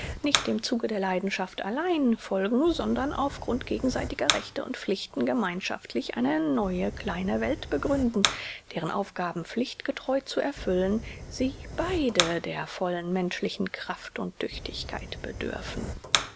nicht dem zuge der leidenschaft allein folgen sondern auf grund gegenseitiger rechte und pflichten gemeinschaftlich eine neue kleine welt begründen deren aufgaben pflichtgetreu zu erfüllen sie beide der vollen menschlichen kraft und tüchtigkeit bedürfen